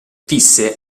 visse